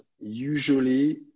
usually